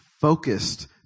focused